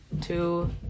two